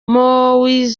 mowzey